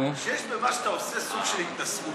שיש במה שאתה עושה סוג של התנשאות.